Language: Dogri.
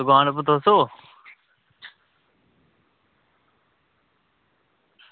दकान उप्पर तुस ओ